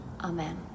amen